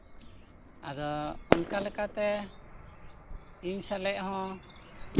ᱟᱫᱚ ᱚᱱᱠᱟᱞᱮᱠᱟᱛᱮ ᱤᱧ ᱥᱮᱛᱮᱜ ᱦᱚᱸ